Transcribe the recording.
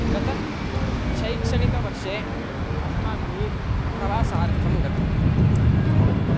गत शैक्षणिकवर्षे अस्माभिः प्रवासार्थं गतम्